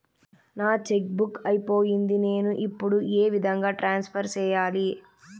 నా cheque book అయిపోయింది నేను ఇప్పుడు ఏ విధంగా ట్రాన్స్ఫర్ సేయాలి?